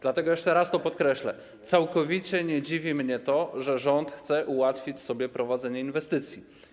Dlatego jeszcze raz podkreślę: całkowicie nie dziwi mnie to, że rząd chce ułatwić sobie prowadzenie inwestycji.